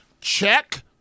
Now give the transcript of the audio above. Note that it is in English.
check